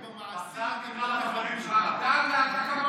"פחדן" תקרא לחברים שלך.